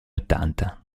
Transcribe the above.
ottanta